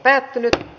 asia